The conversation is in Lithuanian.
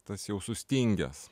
tas jau sustingęs